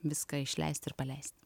viską išleisti ir paleisti